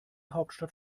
hauptstadt